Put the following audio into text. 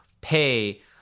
pay